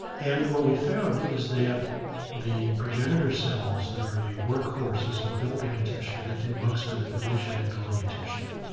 and what we found is that the progenitor cells that are the workhorses of building a tissue that do most of the division in building a tissue.